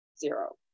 zero